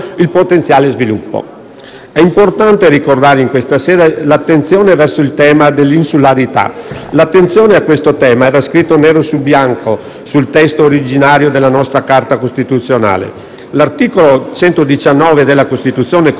È importante ricordare in questa sede l'attenzione verso il tema dell'insularità, che era scritto nero su bianco nel testo originario della nostra Carta costituzionale. L'articolo 119 della Costituzione, come ricordava